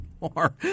more